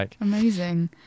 amazing